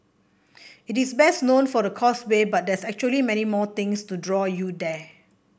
it is best known for the causeway but there's actually many more things to draw you there